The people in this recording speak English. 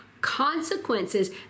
Consequences